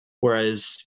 Whereas